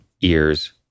ears